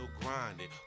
grinding